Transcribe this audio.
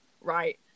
right